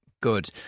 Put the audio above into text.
good